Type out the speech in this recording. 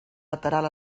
lateral